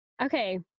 Okay